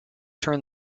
turn